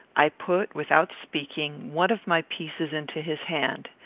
i put, without speaking, one of my pieces into his hand.